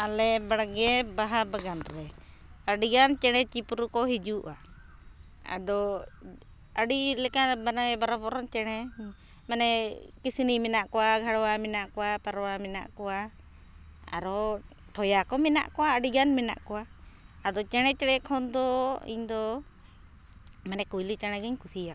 ᱟᱞᱮ ᱵᱟᱲᱜᱮ ᱵᱟᱦᱟ ᱵᱟᱜᱟᱱᱨᱮ ᱟᱹᱰᱤᱜᱟᱱ ᱪᱮᱬᱮ ᱪᱤᱯᱨᱩᱠᱚ ᱦᱤᱡᱩᱜᱼᱟ ᱟᱫᱚ ᱟᱹᱰᱤᱞᱮᱠᱟᱱ ᱢᱟᱱᱮ ᱵᱟᱨᱚ ᱵᱚᱨᱚᱱ ᱪᱮᱬᱮ ᱢᱟᱱᱮ ᱠᱤᱥᱱᱤ ᱢᱮᱱᱟᱜ ᱠᱚᱣᱟ ᱜᱷᱟᱲᱣᱟ ᱢᱮᱱᱟᱜ ᱠᱚᱣᱟ ᱯᱟᱨᱣᱟ ᱢᱮᱱᱟᱜ ᱠᱚᱣᱟ ᱟᱨᱚ ᱴᱷᱚᱭᱟ ᱠᱚ ᱢᱮᱱᱟᱜ ᱠᱚᱣᱟ ᱟᱹᱰᱤᱜᱟᱱ ᱢᱮᱱᱟᱜ ᱠᱚᱣᱟ ᱟᱫᱚ ᱪᱮᱬᱮ ᱪᱮᱬᱮ ᱠᱷᱚᱱ ᱫᱚ ᱤᱧ ᱫᱚ ᱢᱟᱱᱮ ᱠᱩᱭᱞᱤ ᱪᱮᱬᱮᱜᱤᱧ ᱠᱩᱥᱤᱭᱟᱠᱚᱣᱟ